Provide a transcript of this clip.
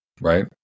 right